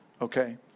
Okay